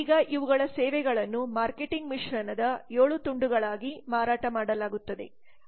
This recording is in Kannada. ಈಗ ಇವುಗಳ ಸೇವೆಗಳನ್ನು ಮಾರ್ಕೆಟಿಂಗ್ ಮಿಶ್ರಣದ 7 ತುಂಡುಗಳಾಗಿ ಮಾರಾಟ ಮಾಡಲಾಗುತ್ತದೆ